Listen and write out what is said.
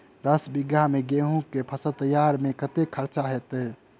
दस बीघा मे गेंहूँ केँ फसल तैयार मे कतेक खर्चा हेतइ?